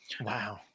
Wow